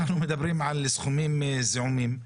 אנחנו מדברים על סכומים זעומים,